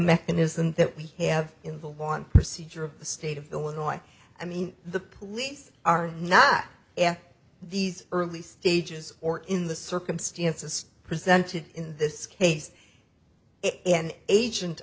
mechanism that we have in the one procedure of the state of illinois i mean the police are not if these early stages or in the circumstances presented in this case an agent